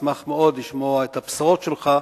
נשמח מאוד לשמוע את הבשורות שלך,